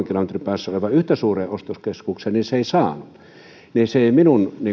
kilometrin päässä olevaan yhtä suureen ostoskeskukseen niin se ei saanut se ei minun